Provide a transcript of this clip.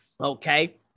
okay